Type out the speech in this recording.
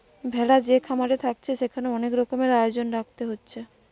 ভেড়া যে খামারে থাকছে সেখানে অনেক রকমের আয়োজন রাখতে হচ্ছে